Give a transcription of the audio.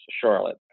Charlotte